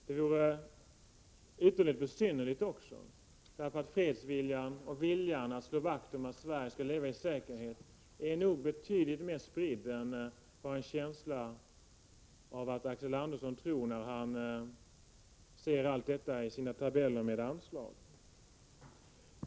Det vore också ytterligt besynnerligt, eftersom fredsviljan och viljan att slå vakt om Sveriges säkerhet nog är betydligt mer spridd än vad Axel Andersson tycks tro när han ser i sina tabeller med anslag.